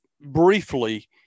briefly